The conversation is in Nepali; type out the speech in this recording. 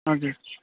हजुर